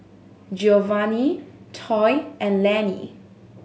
Geovanni Toy and Lannie